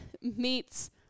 meets